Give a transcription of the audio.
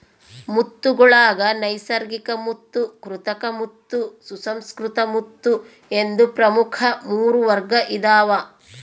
ಮುತ್ತುಗುಳಾಗ ನೈಸರ್ಗಿಕಮುತ್ತು ಕೃತಕಮುತ್ತು ಸುಸಂಸ್ಕೃತ ಮುತ್ತು ಎಂದು ಪ್ರಮುಖ ಮೂರು ವರ್ಗ ಇದಾವ